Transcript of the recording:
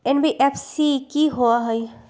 NBFC कि होअ हई?